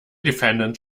defendant